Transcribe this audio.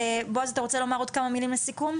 בועז אתה רוצה לומר עוד כמה מילים לסיכום?